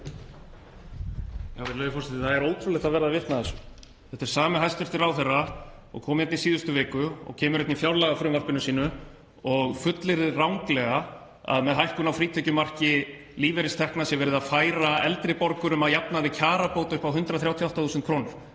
Það er ótrúlegt að verða vitni að þessu. Þetta er sami hæstv. ráðherra og kom hérna í síðustu viku og kom með í fjárlagafrumvarpi sínu og fullyrðir ranglega að með hækkun á frítekjumarki lífeyristekna sé verið að færa eldri borgurum að jafnaði kjarabót upp á 138.000 kr.,